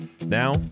Now